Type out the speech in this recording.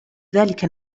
ذلك